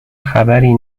خبری